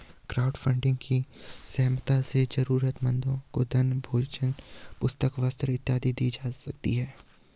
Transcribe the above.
crowdfunding की सहायता से जरूरतमंदों को धन भोजन पुस्तक वस्त्र इत्यादि दी जा सकती है